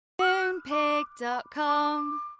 Moonpig.com